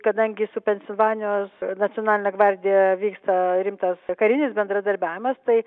kadangi su pensilvanijos nacionaline gvardija vyksta rimtas karinis bendradarbiavimas tai